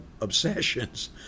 obsessions